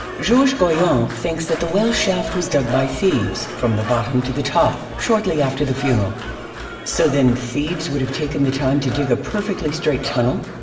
georges goyon thinks that the well shaft was dug by thieves, from the bottom to the top, shortly after the funeral so then, thieves would have taken the time to dig a perfectly straight tunnel!